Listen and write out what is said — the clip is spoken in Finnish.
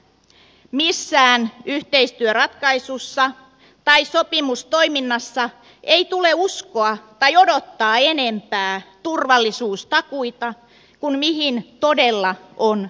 missään yhteistyöratkaisussa tai sopimustoiminnassa ei tule uskoa tai odottaa enempää turvallisuustakuita kuin mihin todella on sitouduttu